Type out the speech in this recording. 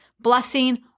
blessing